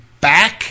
back